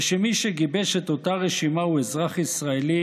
ושמי שגיבש את אותה רשימה הוא אזרח ישראלי